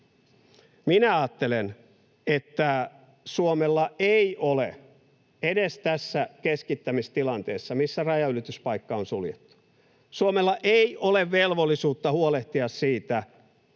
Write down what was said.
Minä ajattelen, että Suomella ei ole edes tässä keskittämistilanteessa, missä rajanylityspaikka on suljettu, velvollisuutta huolehtia siitä,